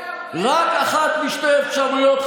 רק אחת משתי אפשרויות,